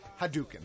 Hadouken